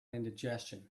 indigestion